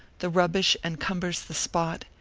the rubbish encumbers the spot,